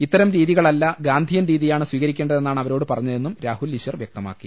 ഇത്തരം രീതികളല്ല ഗാന്ധിയൻ രീതിയാണ് സ്വീക രിക്കേണ്ടതെന്നാണ് അവരോട് പറഞ്ഞതെന്നും രാഹുൽ ഈശ്വർ വ്യക്തമാക്കി